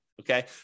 Okay